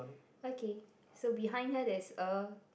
okay so behind her there is a